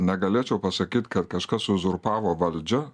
negalėčiau pasakyt kad kažkas uzurpavo valdžią